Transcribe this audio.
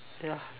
ya